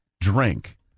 drink